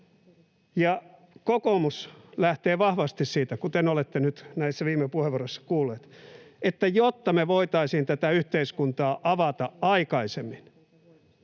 Ja kokoomus lähtee vahvasti siitä, kuten olette nyt näistä viime puheenvuoroista kuulleet, että jotta me voitaisiin tätä yhteiskuntaa avata aikaisemmin,